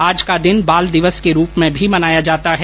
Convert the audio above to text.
आज का दिन बाल दिवस के रूप में भी मनाया जाता है